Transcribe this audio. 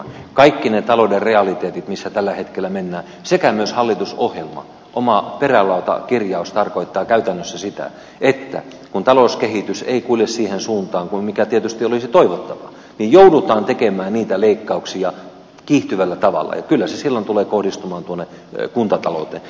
kaikki ne talouden realiteetit missä tällä hetkellä mennään sekä myös hallitusohjelma oma perälautakirjaus tarkoittavat käytännössä sitä että kun talouskehitys ei kulje siihen suuntaan kuin mikä tietysti olisi toivottavaa niin joudutaan tekemään niitä leikkauksia kiihtyvällä tavalla ja kyllä ne silloin tulevat kohdistumaan tuonne kuntatalouteen